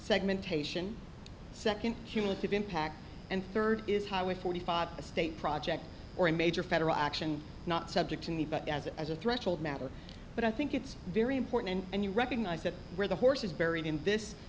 segmentation second cumulative impact and third is highway forty five a state project or a major federal action not subject to me but as a as a threshold matter but i think it's very important and you recognize that where the horse is buried in this